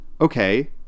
Okay